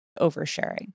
oversharing